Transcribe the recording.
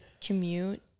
commute